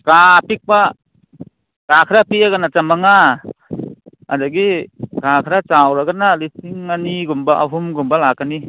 ꯀꯥ ꯄꯤꯛꯄ ꯀꯥ ꯈꯔ ꯄꯤꯛꯑꯒꯅ ꯆꯃꯉꯥ ꯑꯗꯒꯤ ꯀꯥ ꯈꯔ ꯆꯥꯎꯔꯒꯅ ꯂꯤꯁꯤꯡ ꯑꯅꯤꯒꯨꯝꯕ ꯑꯍꯨꯝꯒꯨꯝꯕ ꯂꯥꯛꯀꯅꯤ